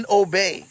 obey